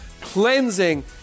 cleansing